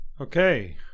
Okay